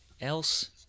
else